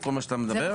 כל מה שאתה מדבר עליו.